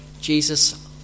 Jesus